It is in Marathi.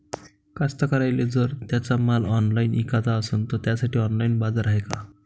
कास्तकाराइले जर त्यांचा माल ऑनलाइन इकाचा असन तर त्यासाठी ऑनलाइन बाजार हाय का?